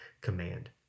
command